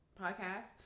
podcast